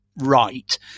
right